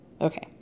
okay